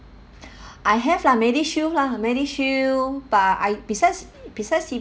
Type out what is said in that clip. I have lah MediShield lah MediShield but I besides besides